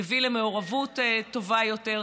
יביא למעורבות טובה יותר.